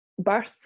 birth